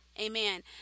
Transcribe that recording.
amen